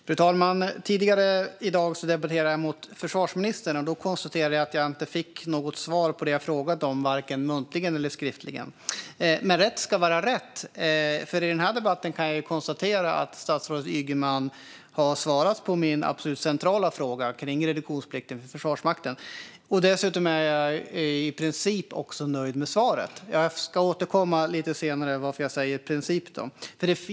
Fru talman! Tidigare i dag debatterade jag med försvarsministern, och jag konstaterade då att jag inte fick några svar på det jag frågat om, varken muntligen eller skriftligen. Men rätt ska vara rätt, för i den här debatten kan jag konstatera att statsrådet Ygeman har svarat på min mest centrala fråga om reduktionsplikten för Försvarsmakten. Dessutom är jag i princip nöjd med svaret. Jag ska återkomma lite senare till varför jag säger "i princip".